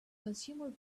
consumer